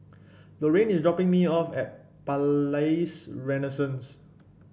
Loraine is dropping me off at Palais Renaissance